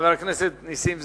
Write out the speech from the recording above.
חבר הכנסת נסים זאב,